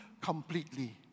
completely